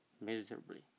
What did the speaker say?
miserably